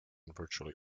virtually